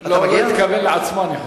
אני חושב שהוא התכוון לעצמו.